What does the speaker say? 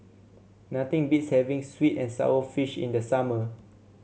nothing beats having sweet and sour fish in the summer